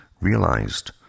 realized